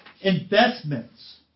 investments